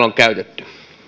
on käytetty